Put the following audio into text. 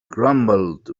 grumbled